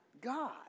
God